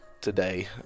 today